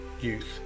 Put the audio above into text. youth